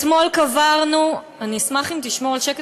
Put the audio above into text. אתמול קברנו, אני אשמח אם תשמור על שקט.